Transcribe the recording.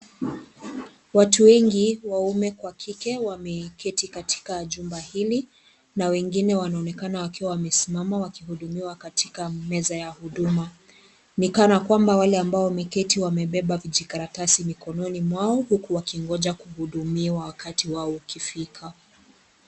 Watu wengi waume kwa kike wameketi katika jumba hili na wengine wanaonekana wakiwa wamesimama wakihudumiwa katika meza ya huduma ni kana kwamba wale ambao wameketi wamebeba vijikaratasi mikononi mwao huku wakingoja kuhudumiwa wakatui wao ukifika.